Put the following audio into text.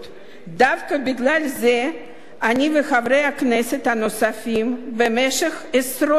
דווקא בגלל זה אני וחברי הכנסת הנוספים במשך עשר שנים